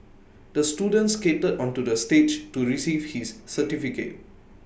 the student skated onto the stage to receive his certificate